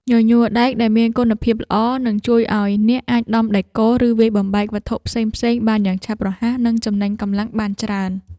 ញញួរដែកដែលមានគុណភាពល្អនឹងជួយឱ្យអ្នកអាចដំដែកគោល ឬវាយបំបែកវត្ថុផ្សេងៗបានយ៉ាងឆាប់រហ័ស និងចំណេញកម្លាំងបានច្រើន។